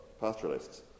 pastoralists